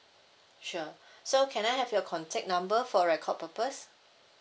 sure sir can I have your contact number for record purpose